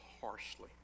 harshly